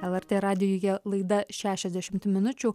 lrt radijuje laida šešiasdešimt minučių